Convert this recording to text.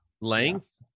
length